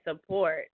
support